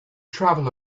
travel